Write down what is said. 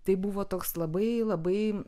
tai buvo toks labai labai